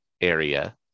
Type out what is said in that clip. area